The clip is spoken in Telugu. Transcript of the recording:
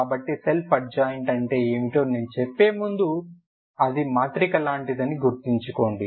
కాబట్టి సెల్ఫ్ అడ్జాయింట్ అంటే ఏమిటో నేను చెప్పే ముందు అది మాత్రిక లాంటిదని ఊహించుకోండి